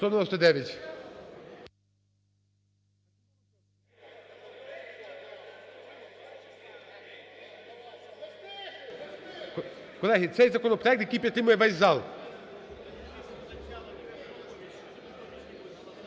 Колеги, це законопроект, який підтримує весь зал.